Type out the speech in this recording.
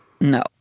No